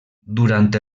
durant